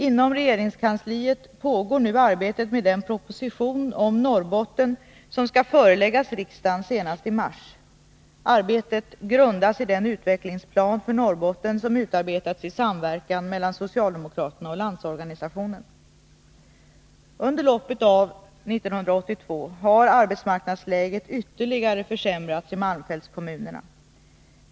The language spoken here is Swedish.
Inom regeringskansliet pågår nu arbetet med den proposition om Norrbotten som skall föreläggas riksdagen senast i mars. Arbetet grundas i den utvecklingsplan för Norrbotten som utarbetats i samverkan mellan socialdemokraterna och Landsorganisationen. Under loppet av 1982 har arbetsmarknadsläget ytterligare försämrats i malmfältskommunerna.